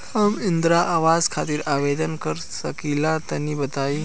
हम इंद्रा आवास खातिर आवेदन कर सकिला तनि बताई?